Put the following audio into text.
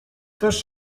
też